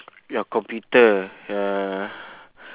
your computer ya ah